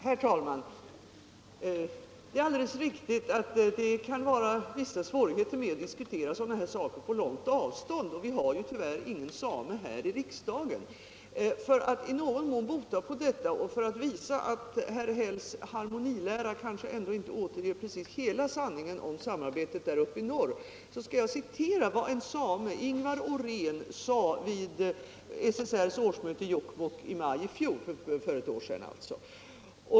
Herr talman! Det är alldeles riktigt att det kan vara vissa svårigheter med att diskutera sådana här saker på långt avstånd, och vi har ju tyvärr ingen same här i riksdagen. För att i någon mån råda bot på detta och för att visa att herr Hälls harmonilära kanske ändå inte återger precis hela sanningen om samarbetet där uppe i norr skall jag citera vad en same, Ingwar Åhrén, sade vid SSR:s årsmöte i Jokkmokk i maj i fjol — för ett år sedan alltså.